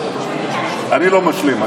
אני לא משלים.